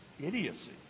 idiocy